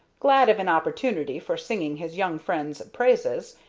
glad of an opportunity for singing his young friend's praises,